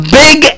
big